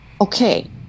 okay